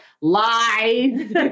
lies